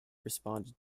responded